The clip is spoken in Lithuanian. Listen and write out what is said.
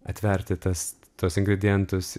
atverti tas tuos ingredientus